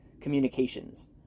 communications